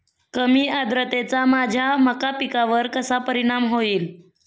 कमी आर्द्रतेचा माझ्या मका पिकावर कसा परिणाम होईल?